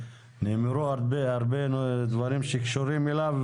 נאמרו הרבה דברים שקשורים אליו,